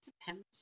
depends